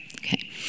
okay